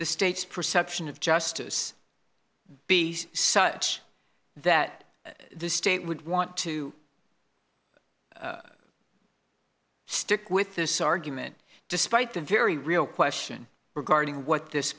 the state's perception of justice be such that the state would want to stick with this argument despite the very real question regarding what this